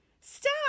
Stop